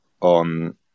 on